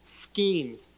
schemes